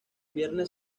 viernes